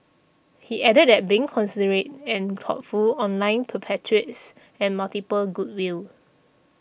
he added that being considerate and thoughtful online perpetuates and multiples goodwill